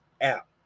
app